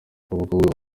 abakobwa